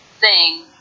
sing